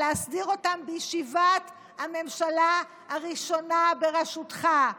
להסדיר אותה בישיבת הממשלה הראשונה בראשותך,